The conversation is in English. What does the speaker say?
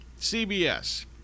CBS